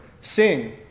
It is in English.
sing